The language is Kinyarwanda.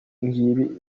ngibi